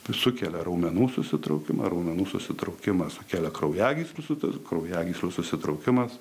sukelia raumenų susitraukimą raumenų susitraukimas sukelia kraujagyslių su tas kraujagyslių susitraukimas